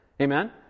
Amen